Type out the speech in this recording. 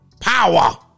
power